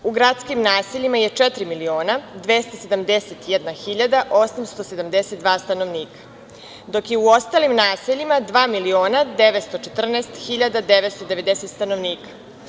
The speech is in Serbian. U gradskim naseljima je 4.271.872 stanovnika, dok je u ostalim naseljima 2.914.990 stanovnika.